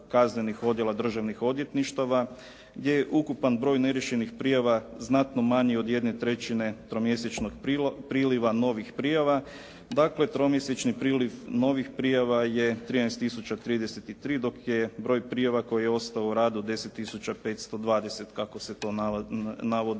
Kaznenih odjela državnih odvjetništava gdje je ukupan broj neriješenih prijava znatno manji od jedne trećine tromjesečnog priliva novih prijava. Dakle, tromjesečni priliv novih prijava je 13 tisuća 33 dok je broj prijava koji je ostao u radu 10 tisuća 520 kako se to navodi